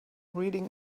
reading